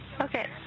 Okay